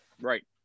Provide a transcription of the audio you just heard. right